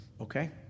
Okay